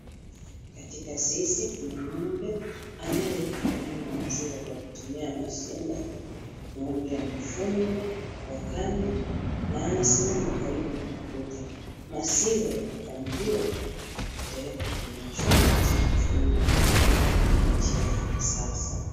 Katika zizi kuna ngombe anaye kamuliwa maziwa kwa machine ngombe amefungwa kwa kamba na anasimama karibu na ukuta maziwa yanakamuliwa na kupelekwa kwenye chombo cha chuma kwa njia ya kisasa.